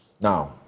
now